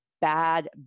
bad